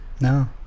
No